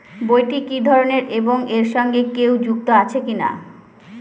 বইটি কি ধরনের এবং এর সঙ্গে কেউ যুক্ত আছে কিনা?